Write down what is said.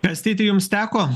kastyti jums teko